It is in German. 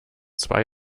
zwei